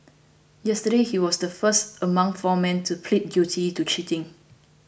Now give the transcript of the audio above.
yesterday he was the first among four men to plead guilty to cheating